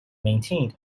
maintained